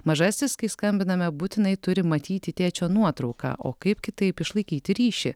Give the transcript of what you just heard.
mažasis kai skambiname būtinai turi matyti tėčio nuotrauką o kaip kitaip išlaikyti ryšį